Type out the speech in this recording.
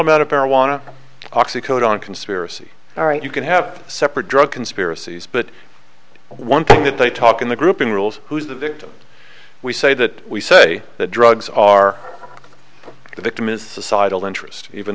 amount of marijuana oxy code on conspiracy all right you can have separate drug conspiracies but one thing that they talk in the grouping rules who's the victim we say that we say the drugs are the victim is societal interest even